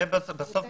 תגיד